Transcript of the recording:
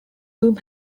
room